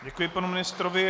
Děkuji panu ministrovi.